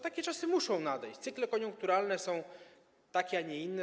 Takie czasy muszą nadejść, cykle koniunkturalne są takie, a nie inne.